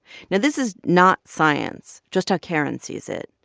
now, this is not science, just how karen sees it.